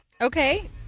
okay